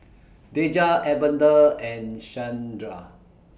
Daja Evander and Shandra